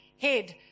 head